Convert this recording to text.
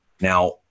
Now